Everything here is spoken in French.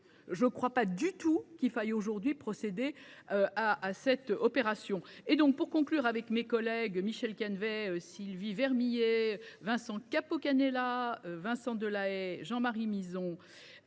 je ne crois pas du tout qu’il faille aujourd’hui procéder à cette opération. Pour conclure, mes collègues Michel Canévet, Sylvie Vermeillet, Vincent Capo Canellas, Vincent Delahaye, Jean Marie Mizzon,